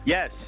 Yes